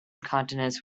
continents